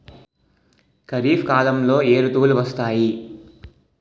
ఖరిఫ్ కాలంలో ఏ ఋతువులు వస్తాయి?